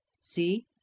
SEE